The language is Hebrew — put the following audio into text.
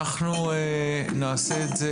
אנחנו נעשה את זה